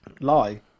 lie